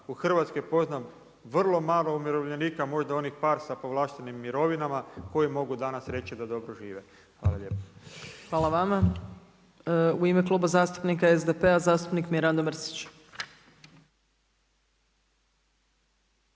u Hrvatskoj poznam vrlo malo umirovljenika, možda onih par sa povlaštenim mirovinama koji mogu danas reći da dobro žive. Hvala lijepa. **Opačić, Milanka (SDP)** Hvala vama. U ime Kluba zastupnika SDP-a, zastupnik Mirando Mrsić.